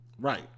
Right